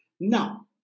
Now